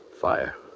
fire